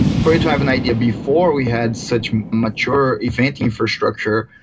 for it to have an idea before we had such mature event infrastructure,